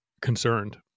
concerned